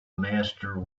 master